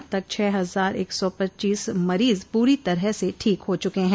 अब तक छः हजार एक सौ पच्चीस मरीज पूरी तरह से ठीक हो चुके हैं